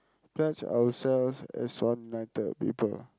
pledge ourselves as one united people